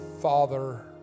father